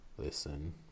Listen